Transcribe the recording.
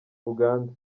uganda